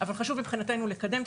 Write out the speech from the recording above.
אבל מבחינתנו חשוב לקדם,